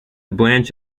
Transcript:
branch